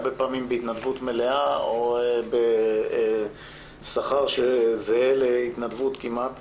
הרבה פעמים בהתנדבות מלאה או בשכר שזהה להתנדבות כמעט,